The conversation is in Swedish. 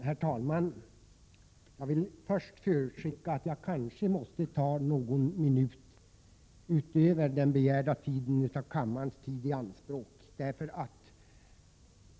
Herr talman! Jag vill först förutskicka att jag kanske måste ta någon minut av kammarens tid i anspråk utöver den begärda tiden.